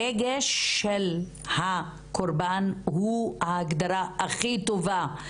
הרגש של הקורבן הוא ההגדרה הכי טובה.